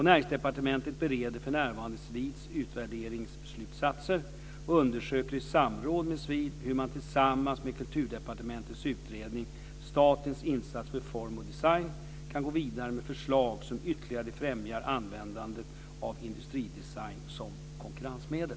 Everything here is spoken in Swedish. Näringsdepartementet bereder för närvarande SVID-utvärderingens slutsatser och undersöker i samråd med SVID hur man tillsammans med Kulturdepartementets utredning Statens insatser för form och design kan gå vidare med förslag som ytterligare främjar användandet av industridesign som konkurrensmedel.